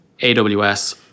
AWS